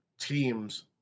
teams